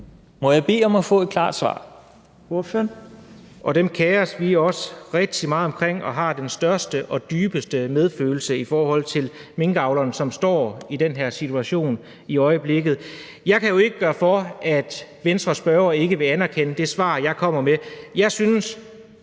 Må jeg bede om at få et klart svar.